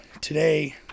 today